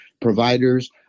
providers